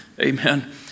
Amen